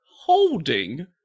holding